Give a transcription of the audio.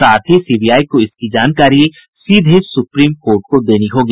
साथ ही सीबीआई को इसकी जानकारी सीधे सुप्रीम कोर्ट को देनी होगी